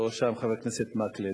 שבראשם חבר הכנסת מקלב,